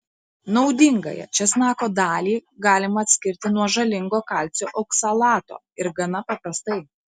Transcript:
naudingąją česnako dalį galima atskirti nuo žalingo kalcio oksalato ir gana paprastai